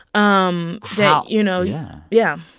um yeah you know yeah yeah,